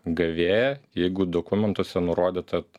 gavėją jeigu dokumentuose nurodyta